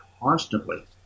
Constantly